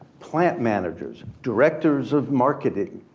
plant managers, directors of marketing,